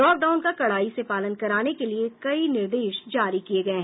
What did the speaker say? lockdown का कडाई से पालन कराने के लिए कई निर्देश जारी किये गये हैं